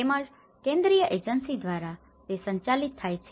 તેમ જ કેન્દ્રીય એજન્સી દ્વારા તે સંચાલિત થાય છે